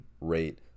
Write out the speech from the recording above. rate